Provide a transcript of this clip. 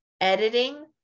editing